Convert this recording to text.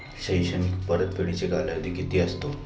शैक्षणिक परतफेडीचा कालावधी किती असतो?